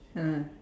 ah